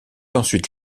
ensuite